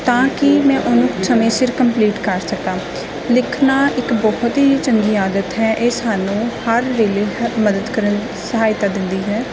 ਤਾਂ ਕਿ ਮੈਂ ਉਹਨੂੰ ਸਮੇਂ ਸਿਰ ਕੰਪਲੀਟ ਕਰ ਸਕਾਂ ਲਿਖਣਾ ਇੱਕ ਬਹੁਤ ਹੀ ਚੰਗੀ ਆਦਤ ਹੈ ਇਹ ਸਾਨੂੰ ਹਰ ਵੇਲੇ ਮਦਦ ਕਰਨ ਸਹਾਇਤਾ ਦਿੰਦੀ ਹੈ